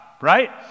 right